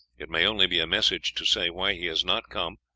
it may only be a message to say why he has not come,